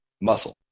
muscle